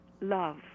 love